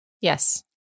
Yes